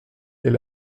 est